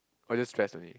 orh just stress only